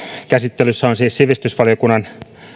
käsittelyssä on siis sivistysvaliokunnan